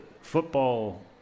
football